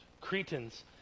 Cretans